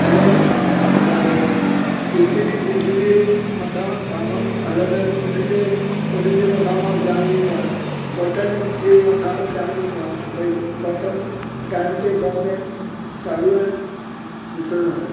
ऐं जेके बि बिजलीअ जे मथां सामान हलंदा आहिनि उन्हनि जे उन्हनि जे मथां मां ध्यानु ॾींदो आहियां बटन जे मथां ध्यानु ॾींदो आहियां भाई बटन टाइम ते बंदि आहिनि चालू आहिनि ॾिसंदो आहियां